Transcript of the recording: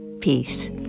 peace